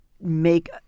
make